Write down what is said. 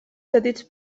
cedits